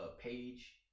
page